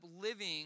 living